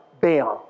Bam